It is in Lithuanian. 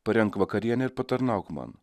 parengti vakarienę ir patarnauk man